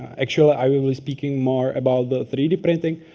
actually, i will be speaking more about the three d printing.